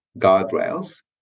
guardrails